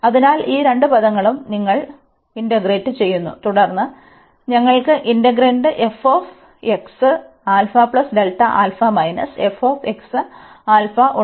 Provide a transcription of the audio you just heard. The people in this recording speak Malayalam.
അതിനാൽ ഈ രണ്ട് പദങ്ങളും നിങ്ങൾ സംയോജിപ്പിക്കും തുടർന്ന് ഞങ്ങൾക്ക് ഇന്റെഗ്രന്റ് മൈനസ് ഉണ്ട്